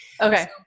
Okay